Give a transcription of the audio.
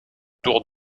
tour